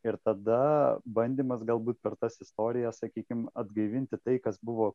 ir tada bandymas galbūt per tas istorijas sakykim atgaivinti tai kas buvo